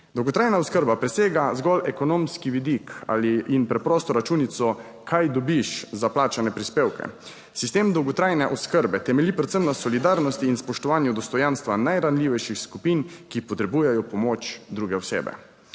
Dolgotrajna oskrba presega zgolj ekonomski vidik in preprosto računico, kaj dobiš za plačane prispevke. Sistem dolgotrajne oskrbe temelji predvsem na solidarnosti in spoštovanju dostojanstva najranljivejših skupin, ki potrebujejo pomoč druge osebe.